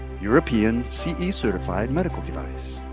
european ce certified medical device.